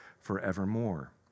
forevermore